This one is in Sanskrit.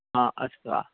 हा अस्तु आ